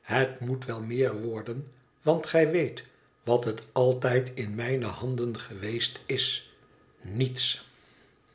het moet wel meer worden want gij weet wat het altijd in mijne handen geweest is niets